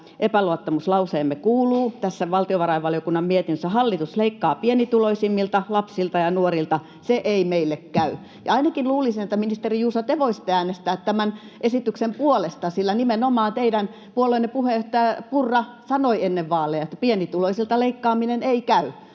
epäluottamuslauseemme kuuluu: ”Hallitus leikkaa pienituloisimmilta, lapsilta ja nuorilta. Se ei meille käy.” Ainakin luulisin, että te, ministeri Juuso, voisitte äänestää tämän esityksen puolesta, sillä nimenomaan teidän puolueenne puheenjohtaja Purra sanoi ennen vaaleja, että pienituloisilta leikkaaminen ei käy.